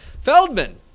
Feldman